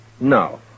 No